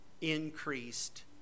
increased